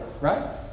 right